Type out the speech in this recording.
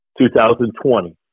2020